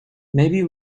maybe